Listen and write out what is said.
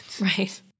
right